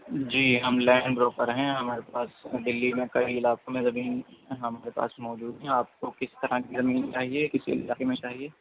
جی ہم land broker ہیں ہمارے پاس دہلی میں کئی علاقوں میں زمین ہمارے پاس موجود ہیں آپ کو کس طرح کی زمین چاہیے کس علاقے میں چاہیے